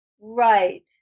Right